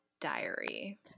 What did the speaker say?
diary